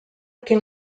can